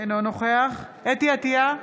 אינו נוכח חוה אתי עטייה,